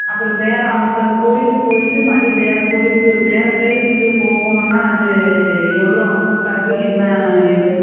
அப்புறம் வேறு அந்த கோவிலுக்கு போய்ட்டு மறுப்படி வேறு கோவிலுக்கு வேறு பிளேஸுக்கு போகணுன்னா அது எவ்வளோ அமௌன்ட் ஆகும் என்ன ஏது